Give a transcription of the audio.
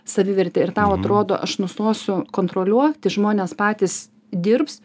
savivertę ir tau atrodo aš nustosiu kontroliuoti žmonės patys dirbs